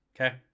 Okay